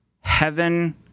heaven